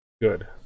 good